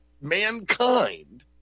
mankind